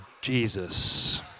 Jesus